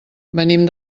venim